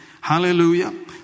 Hallelujah